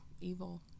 evil